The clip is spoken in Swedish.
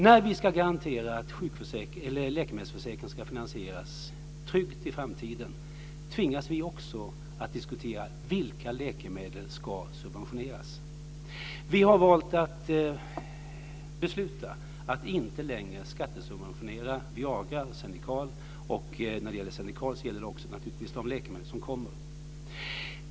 När vi ska garantera en trygg finansiering av läkemedelsförsäkringen i framtiden tvingas vi också diskutera vilka läkemedel som ska subventioneras. Vi har valt att besluta att inte längre skattesubventionera Viagra och Xenical. I fråga om Xenical gäller det också naturligtvis de läkemedel som kommer.